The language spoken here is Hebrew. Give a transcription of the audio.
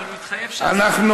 אנחנו